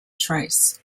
trace